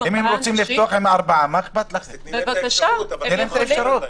ראינו את התורים.